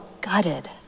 gutted